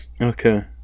Okay